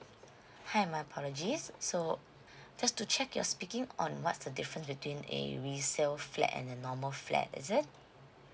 hi my apologies so just to check you are speaking on what's the difference between a resale flat and a normal flat is it